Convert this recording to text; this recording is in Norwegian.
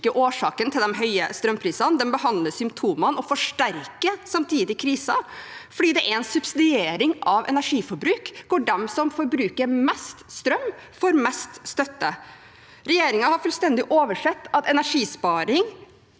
årsaken til de høye strømprisene. Den behandler symptomene og forsterker samtidig krisen fordi den er en subsidiering av energiforbruk, der de som forbruker mest strøm, får mest støtte. Regjeringen har fullstendig oversett at energisparing